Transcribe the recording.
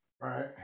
right